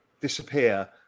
disappear